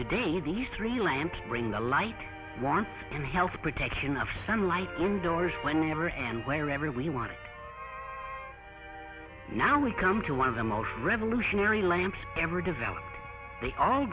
today these three lamps bring the light one and health protection of sunlight indoors whenever and wherever we want now we come to one of the most revolutionary lamps ever developed they a